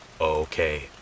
Okay